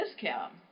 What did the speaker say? discount